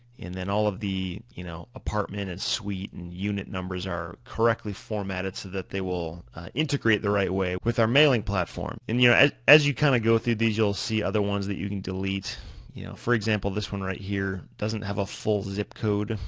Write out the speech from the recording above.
and then all of the you know apartment, and suite, and unit numbers are correctly formatted so that they will integrate the right way with our mailing platform. and you know as as you kind of go through these you'll see other ones that you can delete. you know for example, this one right here doesn't have a full zip code,